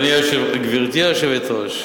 גברתי היושבת-ראש,